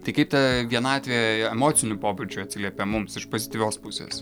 tai kaip ta vienatvė emociniu pobūdžiu atsiliepia mums iš pozityvios pusės